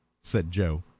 said joe.